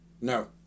no